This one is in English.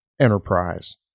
enterprise